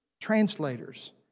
translators